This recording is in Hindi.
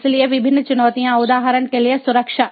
इसलिए विभिन्न चुनौतियाँ उदाहरण के लिए सुरक्षा